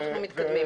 אנחנו מתקדמים.